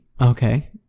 Okay